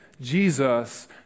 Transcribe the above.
Jesus